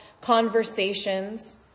conversations